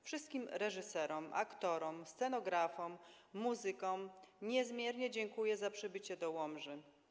Wszystkim reżyserom, aktorom, scenografom, muzykom niezmiernie dziękuję za przybycie do Łomży.